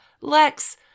Lex